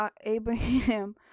Abraham